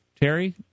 Terry